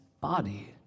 body